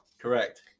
Correct